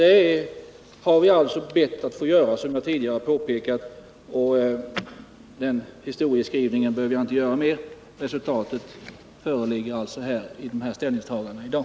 Det har vi alltså bett att få göra, som jag tidigare påpekat, och någon ytterligare historieskrivning behövs inte. Resultatet föreligger i ställningstagandena i dag.